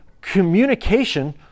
communication